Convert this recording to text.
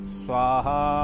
swaha